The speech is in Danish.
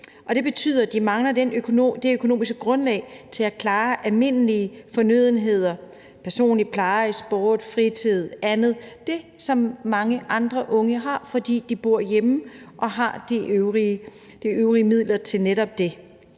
det betyder, at de mangler det økonomiske grundlag til at betale for almindelige fornødenheder, personlig pleje, sport, fritid og andet – det, som mange andre unge har, fordi de bor hjemme og har de ekstra midler til netop det.